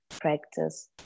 practice